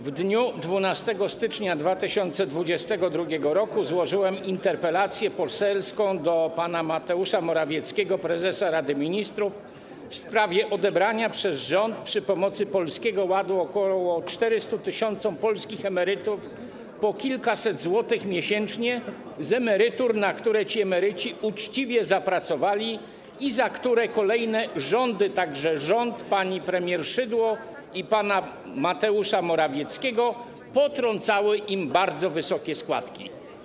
W dniu 12 stycznia 2022 r. złożyłem interpelację poselską do pana Mateusza Morawieckiego, prezesa Rady Ministrów, w sprawie odebrania przez rząd za pomocą Polskiego Ładu ok. 400 tys. polskich emerytów po kilkaset złotych miesięcznie z emerytur, na które ci emeryci uczciwie zapracowali i z których kolejne rządy, także rząd pani premier Szydło i pana Mateusza Morawieckiego, potrącały im bardzo wysokie składki.